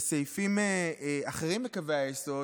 בסעיפים אחרים בקווי היסוד,